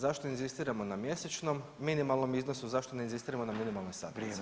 Zašto inzistiramo na mjesečnom minimalnom iznosu, zašto ne inzistiramo na minimalnoj satnici?